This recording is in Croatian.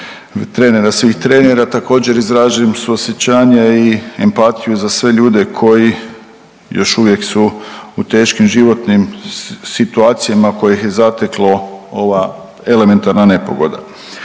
svih trenera, također izrazim suosjećanje i empatiju za sve ljude koji još uvijek su u teškim životnim situacijama kojih je zateklo ova elementarna nepogoda.